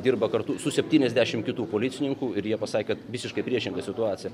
dirba kartu su septyniasdešim kitų policininkų ir jie pasakė kad visiškai priešinga situacija